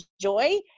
joy